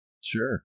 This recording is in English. Sure